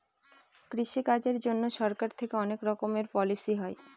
কৃষি কাজের জন্যে সরকার থেকে অনেক রকমের পলিসি হয়